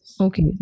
Okay